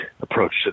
approach